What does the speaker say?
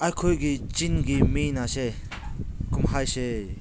ꯑꯩꯈꯣꯏꯒꯤ ꯆꯤꯡꯒꯤ ꯃꯤ ꯑꯁꯦ ꯀꯨꯝꯍꯩꯁꯦ